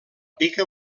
pica